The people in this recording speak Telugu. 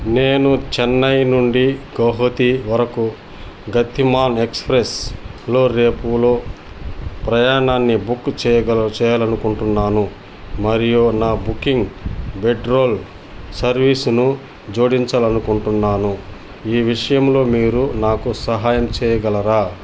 నేను చెన్నై నుండి గోహతి వరకు గతిమాన్ ఎక్స్ప్రెస్లో రేపు లో ప్రయాణాన్ని బుక్ చేయాగల చేయాలి అనుకుంటున్నాను మరియు నా బుకింగ్ బెట్రోల్ సర్వీస్ను జోడించాలి అనుకుంటున్నాను ఈ విషయంలో మీరు నాకు సహాయం చేయగలరా